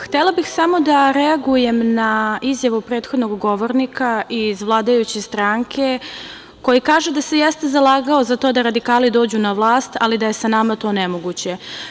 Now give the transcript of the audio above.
Htela bih samo da reagujem na izjavu prethodnog govornika iz vladajuće stranke, koji kaže da se jeste zalagao za to da radikali dođu na vlast, ali da je sa nama to nemoguće.